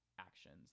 actions